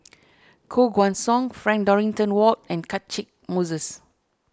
Koh Guan Song Frank Dorrington Ward and Catchick Moses